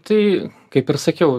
tai kaip ir sakiau